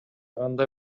кандай